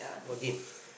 again